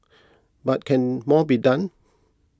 but can more be done